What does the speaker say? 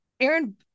Aaron